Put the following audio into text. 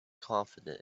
confident